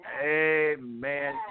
Amen